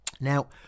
Now